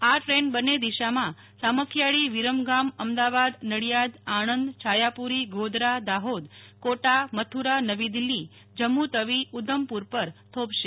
આ ટ્રેન બંન્ને દિશામાં સામખિયાળી વિરમગામ અમદાવાદ નડિયાડ આણંદ છાયાપુરી ગોધરા દાહોદ કોટા મથુરા નવી દિલ્હી જમ્મુ તવી ઉધમપુર પર થોભશે